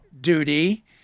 duty